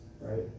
Right